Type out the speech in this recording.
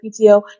PTO